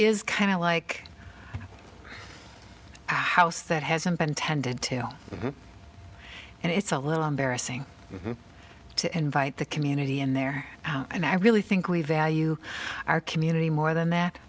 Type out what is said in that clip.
is kind of like house that hasn't been tended tale and it's a little embarrassing to invite the community in there and i really think we value our community more than that